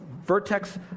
vertex